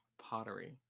pottery